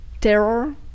terror